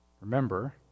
remember